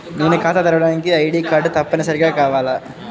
నేను ఖాతా తెరవడానికి ఐ.డీ కార్డు తప్పనిసారిగా కావాలా?